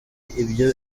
ibyo